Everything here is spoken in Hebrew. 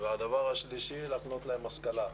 הדבר השלישי, להקנות להם השכלה.